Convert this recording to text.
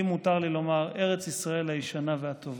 אם מותר לי לומר, ארץ ישראל הישנה והטובה.